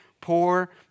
poor